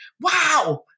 Wow